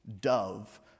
dove